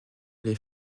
les